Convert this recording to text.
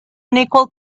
unequal